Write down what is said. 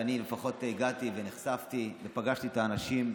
לפחות אלה שאליהן הגעתי ונחשפתי ופגשתי את האנשים,